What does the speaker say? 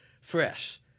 fresh